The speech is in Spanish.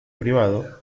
privado